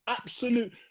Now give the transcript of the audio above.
absolute